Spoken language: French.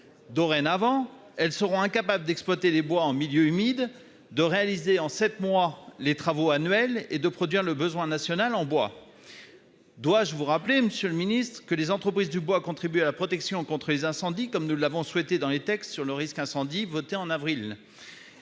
dorénavant incapables d'exploiter les bois en milieu humide, de réaliser en sept mois les travaux annuels et de produire le besoin national en bois. Dois-je vous rappeler, monsieur le ministre, que les entreprises du bois contribuent à la protection contre les incendies, comme nous l'avons souhaité dans le texte visant à renforcer la